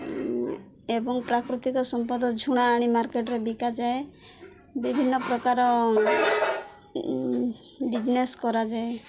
ଏବଂ ପ୍ରାକୃତିକ ସମ୍ପଦ ଝୁଣା ଆଣି ମାର୍କେଟ୍ରେ ବିକାଯାଏ ବିଭିନ୍ନ ପ୍ରକାର ବିଜ୍ନେସ୍ କରାଯାଏ